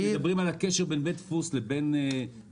אנחנו מדברים על הקשר בין בית דפוס לבין חלוקה,